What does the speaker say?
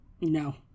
No